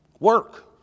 Work